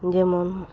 ᱡᱮᱢᱚᱱ